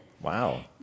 Wow